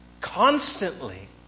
constantly